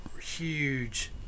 huge